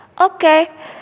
Okay